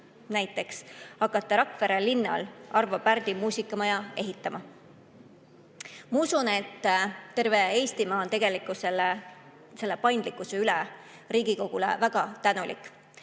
näiteks hakata Rakvere linnal Arvo Pärdi nimelist muusikamaja ehitama. Ma usun, et terve Eestimaa on tegelikult selle paindlikkuse üle Riigikogule väga tänulik.